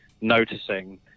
noticing